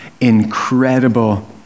incredible